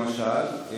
למשל,